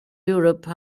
europe